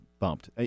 bumped